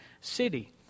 city